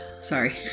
Sorry